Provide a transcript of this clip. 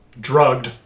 drugged